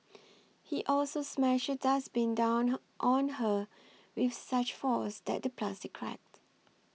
he also smashed dustbin down on her with such force that the plastic cracked